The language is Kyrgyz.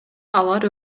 алар